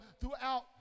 throughout